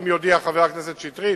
אם יודיע חבר הכנסת שטרית,